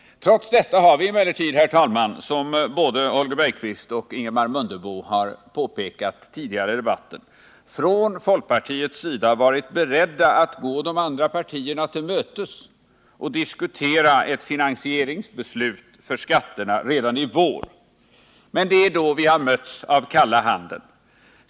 Trots detta har vi alltså, som både Holger Bergqvist och Ingemar Mundebo påpekat tidigare i debatten, från folkpartiets sida varit beredda att gå de andra partierna till mötes och diskutera ett finansieringsbeslut för skatterna redan i vår, men det är då vi har mötts av kalla handen.